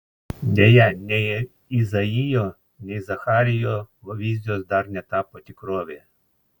deja nei izaijo nei zacharijo vizijos dar netapo tikrove